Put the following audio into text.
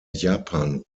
japan